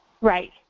Right